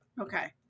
Okay